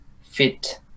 fit